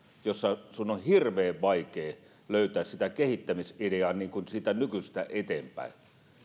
joissa sinun on hirveän vaikea löytää kehittämisideaa siitä nykyisestä eteenpäin